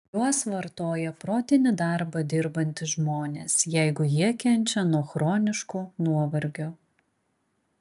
juos vartoja protinį darbą dirbantys žmonės jeigu jie kenčia nuo chroniško nuovargio